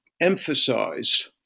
emphasized